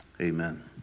amen